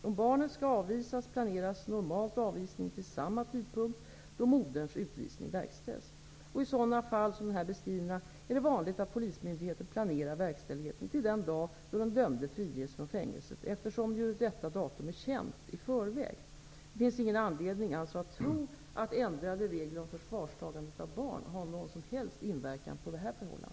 Om barnet skall avvisas planeras normalt avvisningen till samma tidpunkt som då moderns utvisning verkställs. I sådana fall som det här beskrivna är det vanligt att polismyndigheten planerar verkställigheten till den dag då den dömde friges från fängelset, eftersom ju detta datum är känt i förväg. Det finns ingen anledning att tro att ändrade regler om förvartagande av barn har någon som helst inverkan på detta förhållande.